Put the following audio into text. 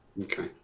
Okay